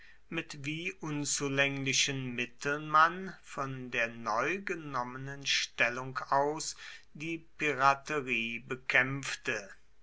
mit wie unzulänglichen mitteln man von der neu genommenen stellung aus die piraterie bekämpfte